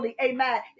Amen